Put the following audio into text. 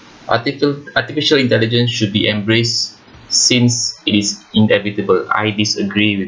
arti~ artificial intelligence should be embrace since it is inevitable I disagree with